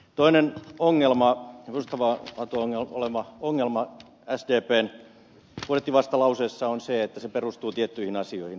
toinen perustavaa laatua oleva ongelma sdpn budjettivastalauseessa on se että se perustuu tiettyihin asioihin